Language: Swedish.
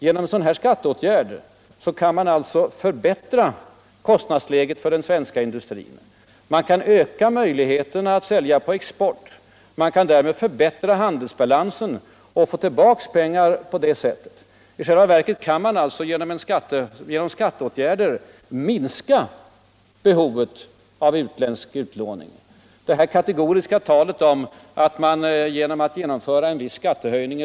Den är ägnad att möjliggöra en real standardförbättring med en mindre Allmänpolitisk debatt Allmänpolitisk debatt 110 bruttolöneökning och därigenom påverka lönerörelsen och det svenska kostnadsläget. En sådan skatteåtgärd är alltså avsedd att medverka till att förbiättra kostnadsläget för den svenska industrin.